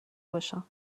باشن